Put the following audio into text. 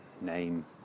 name